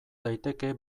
daiteke